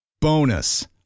Bonus